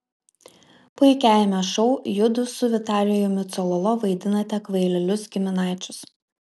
puikiajame šou judu su vitalijumi cololo vaidinate kvailelius giminaičius